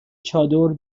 چادر